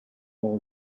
all